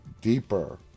deeper